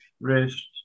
wrist